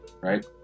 Right